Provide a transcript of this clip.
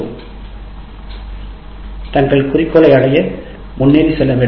மாணவர்கள் தங்கள் குறிக்கோளை அடைய முன்னேறி செல்ல வேண்டும்